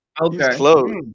Okay